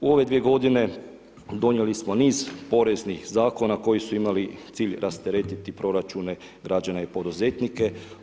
U ove dvije godine donijeli smo niz poreznih zakona koji su imali cilj rasteretiti proračune građana i poduzetnike.